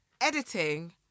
Editing